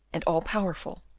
and all powerful,